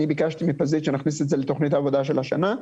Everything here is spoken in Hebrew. ביקשתי מפזית שנכניס את זה לתכנית העבודה של השנה.